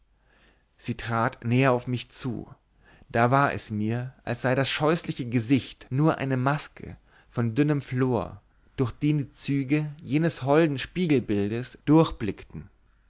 sie trat näher auf mich zu da war es mir als sei das scheußliche gesicht nur eine maske von dünnem flor durch den die züge jenes holden spiegelbildes durchblickten